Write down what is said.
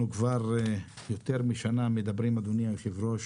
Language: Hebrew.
אנחנו כבר יותר משנה מדברים, אדוני היושב-ראש,